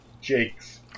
Jake's